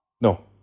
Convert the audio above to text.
No